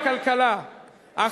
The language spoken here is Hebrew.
די, תפסיק לצעוק, אופיר.